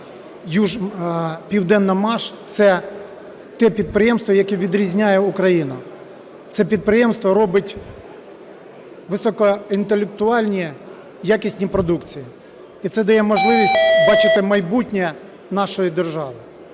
"Південмаш" – це те підприємство, яке відрізняє Україну. Це підприємство робить високоінтелектуальну і якісну продукцію, і це дає можливість бачити майбутнє нашої держави.